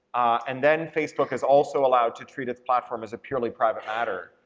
and then facebook is also allowed to treat its platform as a purely private matter,